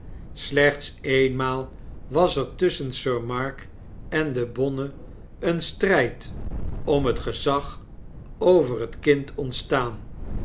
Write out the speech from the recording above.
slechts eenmaal was er tusschen sir mark en de bonne een stryd om het gezag over het kind ontstaan